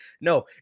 No